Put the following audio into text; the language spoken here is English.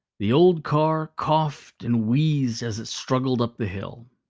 the old car coughed and wheezed as it struggled up the hill.